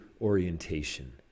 orientation